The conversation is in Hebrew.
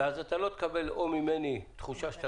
ואז אתה לא תקבל או ממני תחושה שאתה